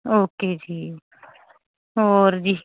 okay ਜੀ ਹੋਰ ਜੀ